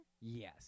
Yes